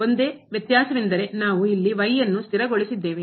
ಒಂದೇ ವ್ಯತ್ಯಾಸವೆಂದರೆ ನಾವು ಇಲ್ಲಿ ಯನ್ನು ಸ್ಥಿರಗೊಳಿಸಿದ್ದೇವೆ